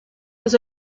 was